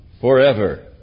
forever